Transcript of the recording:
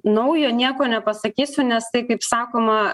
naujo nieko nepasakysiu nes tai kaip sakoma